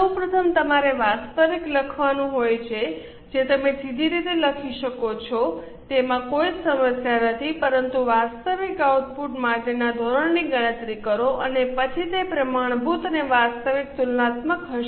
સૌ પ્રથમ તમારે વાસ્તવિક લખવાનું હોય છે જે તમે સીધી રીતે લખી શકો છો તેમાં કોઈ સમસ્યા નથી પરંતુ વાસ્તવિક આઉટપુટ માટેના ધોરણની ગણતરી કરો અને પછી તે પ્રમાણભૂત અને વાસ્તવિક તુલનાત્મક હશે